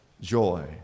Joy